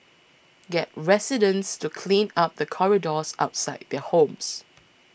get residents to clean up the corridors outside their homes